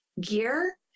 gear